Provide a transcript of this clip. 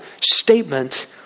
statement